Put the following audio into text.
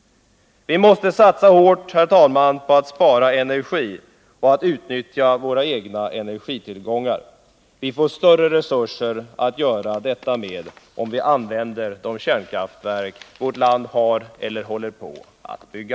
Vi måste satsa hårt, herr talman, på att spara energi och utnyttja våra egna energitillgångar. Vi får större resurser att göra detta med, om vi använder de kärnkraftverk vårt land har eller håller på att bygga.